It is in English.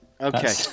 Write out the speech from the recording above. Okay